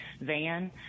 van